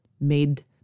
made